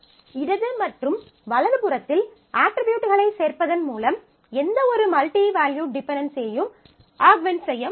இடது மற்றும் வலது புறத்தில் அட்ரிபியூட்களை சேர்ப்பதன் மூலம் எந்தவொரு மல்டி வேல்யூட் டிபென்டென்சியையும் ஆக்மென்ட் செய்ய முடியும்